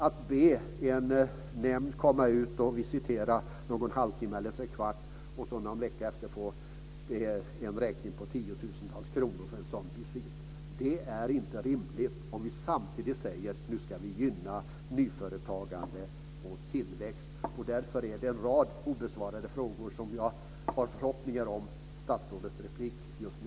Att be en nämnd att komma ut för att under en halvtimme eller tre kvart visitera och att sedan efter någon vecka få en räkning på tiotusentals kronor för en sådan visit är inte rimligt om vi samtidigt säger att vi nu ska gynna nyföretagande och tillväxt. Således finns det en rad obesvarade frågor men jag har förhoppningar om svar i statsrådets inlägg här och nu.